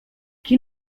qui